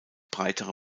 breitere